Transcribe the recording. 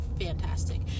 fantastic